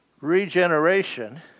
regeneration